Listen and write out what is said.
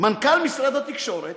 מנכ"ל משרד התקשורת